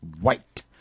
white